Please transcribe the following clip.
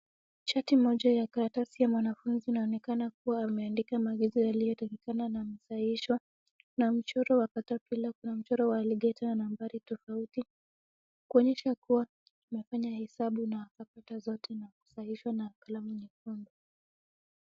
Cheti moja ya karatasi ya mwanafunzi na inaonekana kuwa ameandika maagizo yaliyotakikana na yamesahihishwa, kuna mchoro wa caterpillar kuna mchoro wa alligator nambari tofauti, kuonyesha kuwa amefanya hesabu na akapata zote na kusahihishwa na kalamu nyekundu.